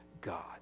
God